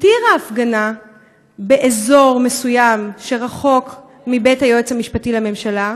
התירה הפגנה באזור מסוים שרחוק מבית היועץ המשפטי לממשלה,